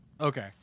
Okay